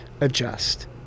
adjust